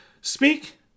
speak